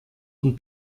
und